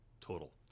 total